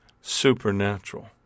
supernatural